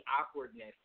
awkwardness